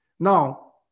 Now